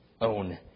own